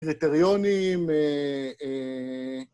קריטריונים אהה...